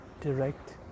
direct